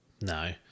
No